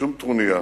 שום טרוניה.